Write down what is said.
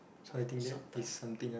after sometime